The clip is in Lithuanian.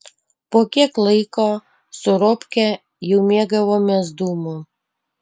po kiek laiko su robke jau mėgavomės dūmu